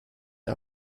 der